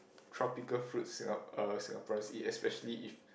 tropical fruits Singap~ uh Singaporeans eat especially if